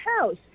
house